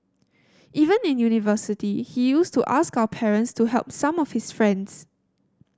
even in university he used to ask our parents to help some of his friends